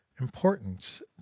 importance